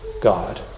God